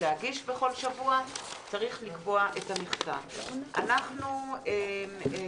תציג את ההצעה מזכירת הכנסת, בבקשה.